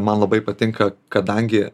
man labai patinka kadangi